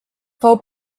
fou